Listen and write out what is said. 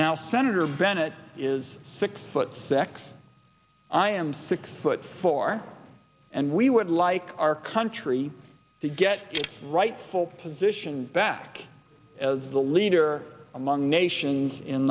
now senator bennett is six foot six i am six foot four and we would like our country to get it right full position back as the leader among nations in